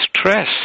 stress